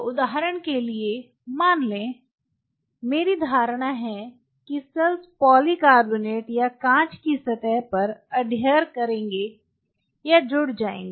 तो उदाहरण के लिए मान लें मेरी धारणा है कि सेल्स पॉलीकार्बोनेट कांच की सतह पर अडहियर करेंगी या जुड़ जाएँगी